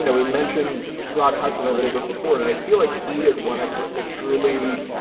you know we mentioned rock hudson a little bit before. and i feel like he is one of the truly